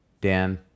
Dan